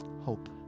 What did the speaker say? Hope